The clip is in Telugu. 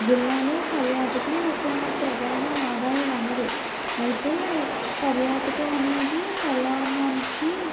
జిల్లాలో పర్యాటకం ఒక ప్రధాన ఆదాయం వనరు అయితే పర్యాటకం అనేది పర్యావరణానికి